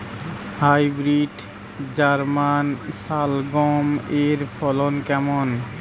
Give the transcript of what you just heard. Hybrid German শালগম এর ফলন কেমন?